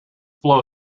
flow